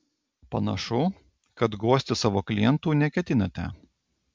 panašu kad guosti savo klientų neketinate